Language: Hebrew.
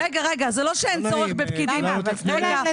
--- אבל תנו להם לדבר.